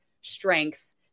strength